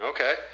Okay